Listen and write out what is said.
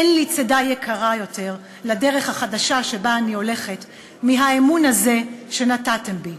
אין לי צידה יקרה יותר לדרך החדשה שבה אני הולכת מהאמון הזה שנתתם בי.